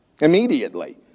immediately